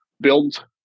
build